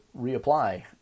reapply